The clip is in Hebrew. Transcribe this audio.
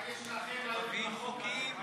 מה יש לכם היום עם החוק הזה,